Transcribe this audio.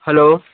hello